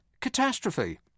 catastrophe